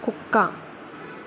కుక్క